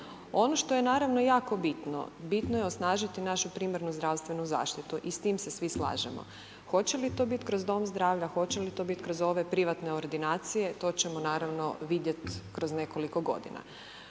Ono što je naravno jako bitno, bitno je osnažiti našu primarnu zdravstvenu zaštitu i s tim se svi slažemo. Hoće li to biti kroz dom zdravlja, hoće li to biti kroz ove privatne ordinacije, to ćemo naravno vidjet kroz nekoliko godina.